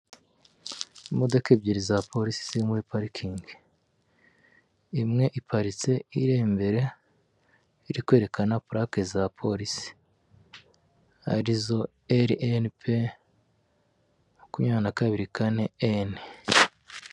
Imodoka ebyiri za polisi ziri muri parikingi, imwe iparitse iri imbere iri kwerekana purake za polisi arizo RNP makumyabiri kabiri kane N.